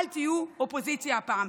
אל תהיו אופוזיציה הפעם.